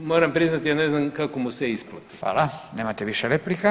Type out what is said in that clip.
moram priznati ja ne znam kako mu se isplati.